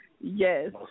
Yes